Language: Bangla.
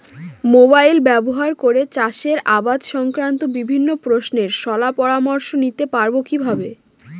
মোবাইল ব্যাবহার করে চাষের আবাদ সংক্রান্ত বিভিন্ন প্রশ্নের শলা পরামর্শ নিতে পারবো কিভাবে?